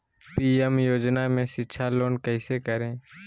PM योजना में शिक्षा लोन कैसे करें?